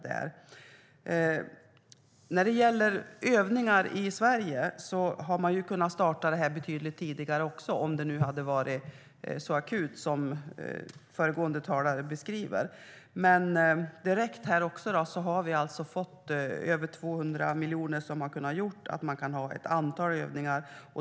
Övningarna i Sverige hade kunnat startas betydligt tidigare, om det nu hade varit så akut som föregående talare beskriver det. Men nu har det anslagits över 200 miljoner som gör att man kan ha ett antal övningar.